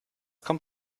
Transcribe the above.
kommt